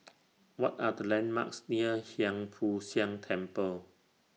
What Are The landmarks near Hiang Foo Siang Temple